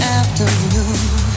afternoon